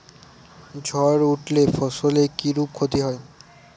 ঝড় উঠলে ফসলের কিরূপ ক্ষতি হয়?